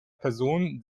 person